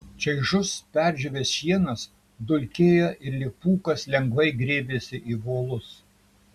čaižus perdžiūvęs šienas dulkėjo ir lyg pūkas lengvai grėbėsi į volus